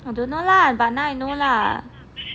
I don't know lah but now I know lah